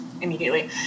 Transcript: immediately